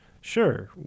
sure